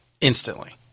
instantly